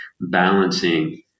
balancing